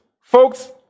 folks